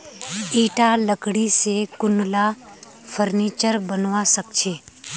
ईटा लकड़ी स कुनला फर्नीचर बनवा सख छ